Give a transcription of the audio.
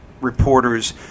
reporters